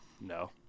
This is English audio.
No